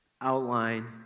outline